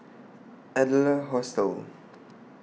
Adler Hostel